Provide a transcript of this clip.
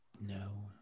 No